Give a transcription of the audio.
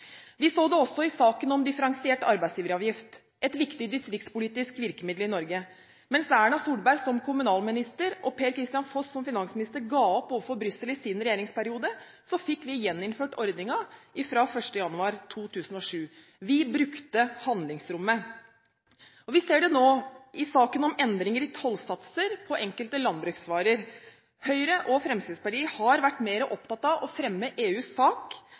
Vi så det også i saken om differensiert arbeidsgiveravgift – et viktig disktrikspolitisk virkemiddel i Norge. Mens Erna Solberg som kommunalminister og Per-Kristian Foss som finansminister ga opp overfor Brussel i sin regjeringsperiode, fikk vi gjeninnført ordningen fra 1. januar 2007. Vi brukte handlingsrommet. Og vi ser det nå, i saken om endringer i tollsatser på enkelte landbruksvarer. Høyre og Fremskrittspartiet har vært mer opptatt av å fremme EUs sak,